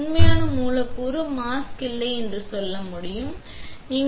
எனவே நீங்கள் உண்மையான மூலக்கூறு மாஸ்க் இல்லை என்று சொல்ல முடியும் என்று சொல்ல முடியும்